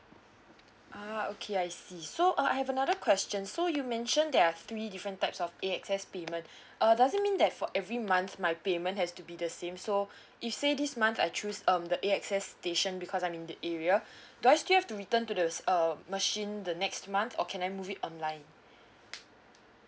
ah okay I see so uh I have another question so you mention there are three different types of A_X_S payment uh does it mean that for every month my payment has to be the same so you say this month I choose um the A_X_S station because I'm in the area do I still have to return to this um machine the next month or can I move it online